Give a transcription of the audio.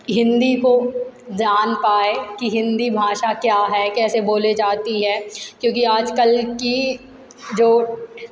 हिंदी को जान पाए कि हिंदी भाषा क्या है कैसे बोले जाती है क्योंकि आजकल की जो